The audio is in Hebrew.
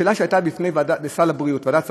היא שאלה שעלתה בוועדת סל הבריאות.